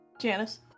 Janice